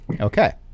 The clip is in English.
Okay